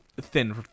thin